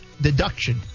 deduction